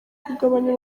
kugabanya